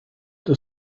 the